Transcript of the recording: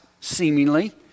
seemingly